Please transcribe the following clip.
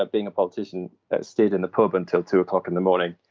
ah being a politician that stayed in the pub until two o'clock in the morning,